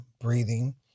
breathing